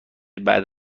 بعد